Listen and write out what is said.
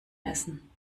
essen